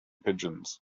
pigeons